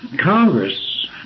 Congress